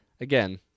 Again